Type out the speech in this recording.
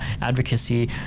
advocacy